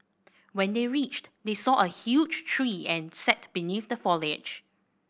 when they reached they saw a huge tree and sat beneath the foliage